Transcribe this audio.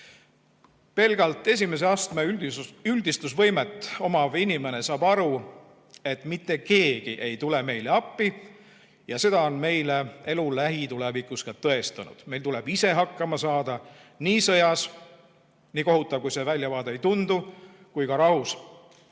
Pelgalt esimese astme üldistusvõimet omav inimene saab aru, et mitte keegi ei tule meile appi. Ja seda on meile elu lähitulevikus ka tõestanud. Meil tuleb ise hakkama saada, nii sõjas – nii kohutav, kui see väljavaade ka ei tundu – kui ka rahus.